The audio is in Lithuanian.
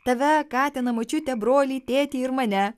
tave katiną močiutę brolį tėtį ir mane